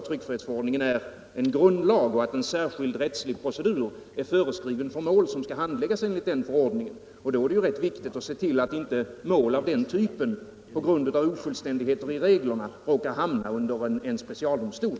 Tryckfrihetsförordningen är dock en grundlag, och en särskild rättslig procedur är föreskriven för mål som skall handläggas enligt den. Då är det ju rätt viktigt att se till att inte mål av den typen på grund av ofullständigheter i reglerna råkar hamna under en specialdomstol.